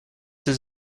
his